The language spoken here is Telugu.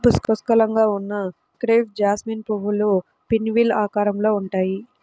పుష్కలంగా ఉన్న క్రేప్ జాస్మిన్ పువ్వులు పిన్వీల్ ఆకారంలో ఉంటాయి